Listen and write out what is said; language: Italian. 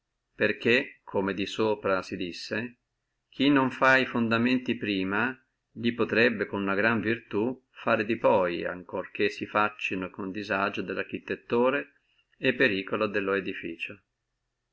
perché come di sopra si disse chi non fa e fondamenti prima li potrebbe con una gran virtù farli poi ancora che si faccino con disagio dello architettore e periculo